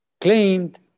claimed